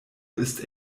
ist